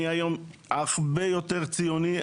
אני היום הרבה יותר ציוני,